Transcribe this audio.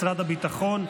משרד הביטחון,